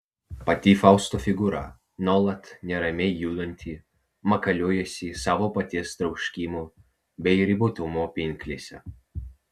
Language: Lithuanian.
pati fausto figūra nuolat neramiai judanti makaluojasi savo paties troškimų bei ribotumo pinklėse